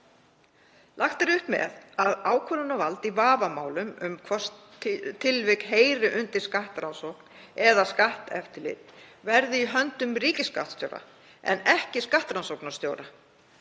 Lagt er upp með að ákvörðunarvald í vafamálum, um hvort tilvik heyri undir skattrannsókn eða skatteftirlit, verði í höndum ríkisskattstjóra en ekki skattrannsóknarstjóra.